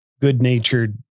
good-natured